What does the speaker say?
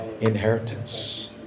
inheritance